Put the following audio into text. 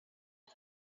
che